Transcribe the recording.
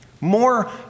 More